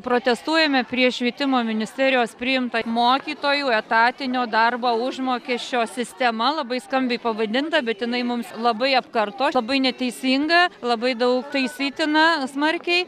protestuojame prieš švietimo ministerijos priimtą mokytojų etatinio darbo užmokesčio sistema labai skambiai pavadinta bet jinai mums labai apkarto labai neteisinga labai daug taisytina smarkiai